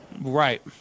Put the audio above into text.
Right